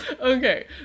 Okay